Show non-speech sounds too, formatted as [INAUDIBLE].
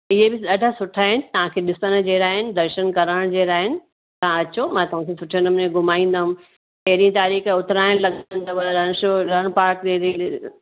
इहे बि ॾाढा सुठा आहिनि तव्हां खे ॾिसण जहिड़ा आहिनि दर्शन करणु जहिड़ा आहिनि तव्हां अचो मां तव्हां खे पुछंदमि घुमाईंदमि तेरहीं तारीख़ उतरायण लॻंदव [UNINTELLIGIBLE]